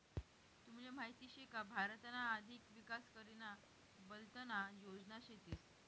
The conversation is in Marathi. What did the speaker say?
तुमले माहीत शे का भारतना अधिक विकास करीना बलतना योजना शेतीस